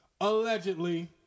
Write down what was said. allegedly